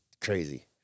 crazy